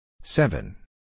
Seven